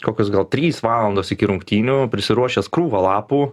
kokios gal trys valandos iki rungtynių prisiruošęs krūvą lapų